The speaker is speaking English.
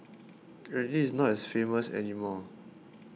and it is not as famous anymore